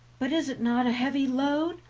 but is it not a heavy load?